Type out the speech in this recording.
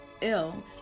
ill